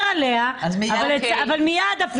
אלה סיטואציות שבהן הרבה יותר קשה לשמור על הכללים של הריחוק החברתי,